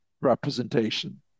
representation